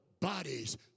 bodies